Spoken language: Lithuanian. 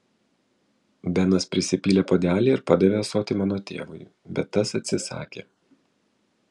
benas prisipylė puodelį ir padavė ąsotį mano tėvui bet tas atsisakė